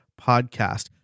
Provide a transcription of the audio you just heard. podcast